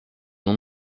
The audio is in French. non